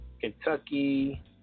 Kentucky